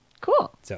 Cool